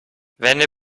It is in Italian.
venne